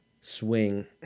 Swing